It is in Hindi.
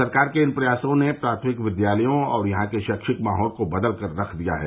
सरकार के इन प्रयासों ने प्राथमिक विद्यालयों और यहां के शैक्षिक माहौल को बदल कर रख दिया है